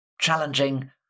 Challenging